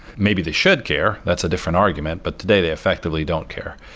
maybe they should care, that's a different argument. but today, they effectively don't care.